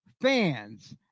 fans